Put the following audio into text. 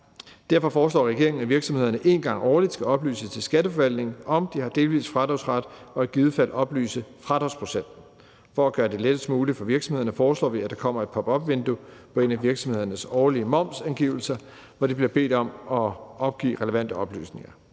Derfor foreslår regeringen, at virksomhederne en gang årligt skal oplyse til skatteforvaltningen, om de har delvis fradragsret, og i givet fald oplyse fradragsprocenten. For at gøre det lettest muligt for virksomhederne foreslår vi, at der kommer et pop op-vindue på en af virksomhedernes årlige momsangivelser, hvor de bliver bedt om at opgive relevante oplysninger.